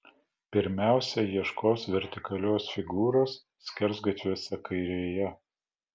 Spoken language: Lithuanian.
pirmiausia ieškos vertikalios figūros skersgatviuose kairėje